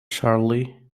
charley